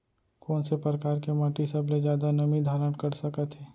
कोन से परकार के माटी सबले जादा नमी धारण कर सकत हे?